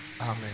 Amen